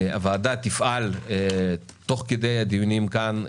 הוועדה תפעל תוך כדי הדיונים כאן,